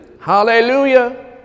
Hallelujah